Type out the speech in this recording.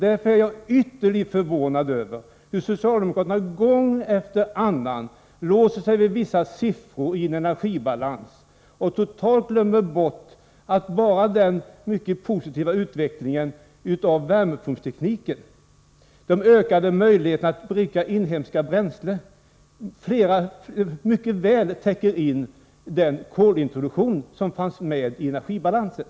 Därför är jag ytterligt förvånad över att socialdemokraterna gång efter annan låser sig vid vissa siffror i en energibalans och totalt glömmer bort att bara den mycket positiva utvecklingen av värmepumpstekniken och de ökade möjligheterna att bruka inhemska bränslen mycket väl täcker in den kolintroduktion som fanns med i energibalansen.